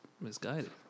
misguided